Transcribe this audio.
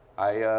i